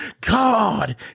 God